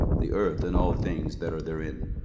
the earth, and all things that are therein,